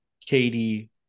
katie